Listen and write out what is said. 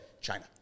China